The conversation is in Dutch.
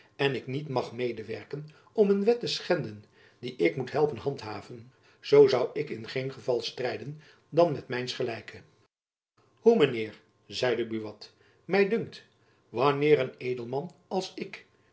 en ik niet mag medewerken om een wet te schenden die ik moet helpen handhaven zoo zoû ik in geen geval strijden dan met mijns gelijke hoe mijn heer zeide buat my dunkt wanneer een edelman als ik